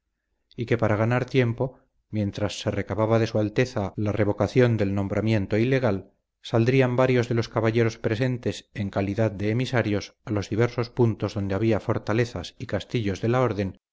y que para ganar tiempo mientras se recababa de su alteza la revocación del nombramiento ilegal saldrían varios de los caballeros presentes en calidad de emisarios a los diversos puntos donde había fortalezas y castillos de la orden